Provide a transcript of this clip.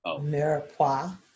mirepoix